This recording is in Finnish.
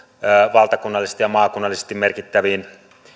valtakunnallisesti ja maakunnallisesti merkittäviin